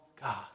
God